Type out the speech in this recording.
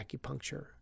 acupuncture